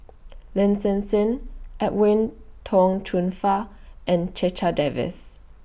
Lin Hsin Hsin Edwin Tong Chun Fai and Checha Davies